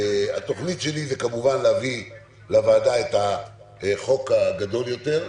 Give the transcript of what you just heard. היא להביא לוועדה את החוק הגדול יותר,